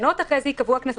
בתקנות אחרי כן ייקבעו הקנסות.